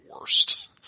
worst